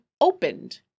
opened